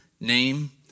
name